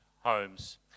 homes